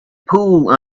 pool